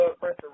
pressure